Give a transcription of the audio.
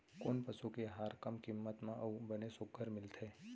कोन पसु के आहार कम किम्मत म अऊ बने सुघ्घर मिलथे?